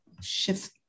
shift